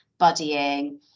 buddying